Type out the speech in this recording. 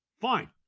fine